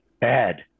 bad